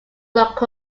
look